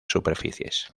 superficies